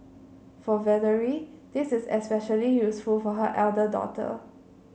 for Valerie this is especially useful for her elder daughter